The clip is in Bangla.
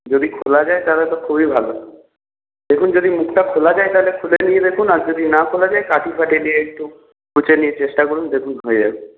যদি খোলা যায় তাহলে তো খুবই ভালো দেখুন যদি মুখটা খোলা যায় তাহলে খুলে নিয়ে দেখুন আর যদি না খোলা যায় কাঠি ফাটি দিয়ে একটু খুচে নিয়ে চেষ্টা করুন দেখুন হয়ে যাবে